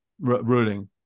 ruling